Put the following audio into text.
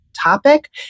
topic